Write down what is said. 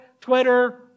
Twitter